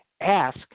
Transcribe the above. ask